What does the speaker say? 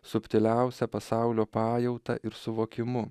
subtiliausia pasaulio pajauta ir suvokimu